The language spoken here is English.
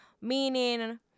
meaning